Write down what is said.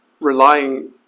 relying